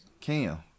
Cam